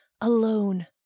alone